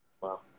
Wow